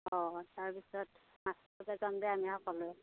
অঁ তাৰপিছত মাছ মাৰিব যাম দে আমি সকলোৱে